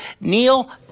Neil